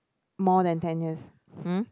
more than ten years hmm